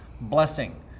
blessing